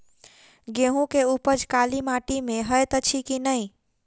गेंहूँ केँ उपज काली माटि मे हएत अछि की नै?